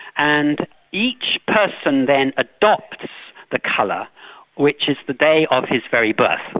and each person then adopts the colour which is the day of his very birth.